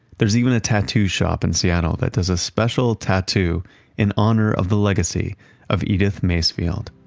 there's even a tattoo shop in seattle that does a special tattoo in honor of the legacy of edith macefield.